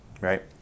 right